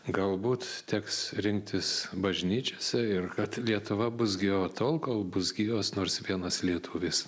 galbūt teks rinktis bažnyčiose ir kad lietuva bus gyva tol kol bus gyvas nors vienas lietuvis